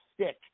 stick